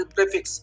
Prefix